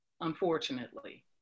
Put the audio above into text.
unfortunately